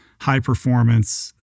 high-performance